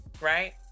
Right